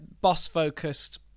boss-focused